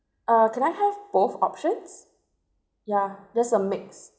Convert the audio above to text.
uh can I have both options yeah that's a mix